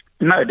No